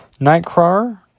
Nightcrawler